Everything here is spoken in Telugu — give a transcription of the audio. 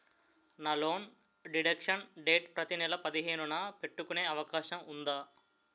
నా లోన్ డిడక్షన్ డేట్ ప్రతి నెల పదిహేను న పెట్టుకునే అవకాశం ఉందా?